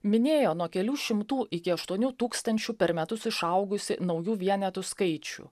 minėjo nuo kelių šimtų iki aštuonių tūkstančių per metus išaugusį naujų vienetų skaičių